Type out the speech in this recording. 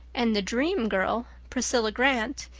and the dream girl, priscilla grant,